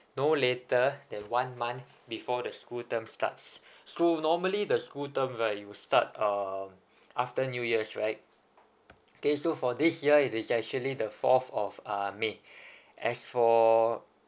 no later than one month before the school term starts so normally the school term right it'll start um after new years right okay so for this year it is actually the fourth of uh may as for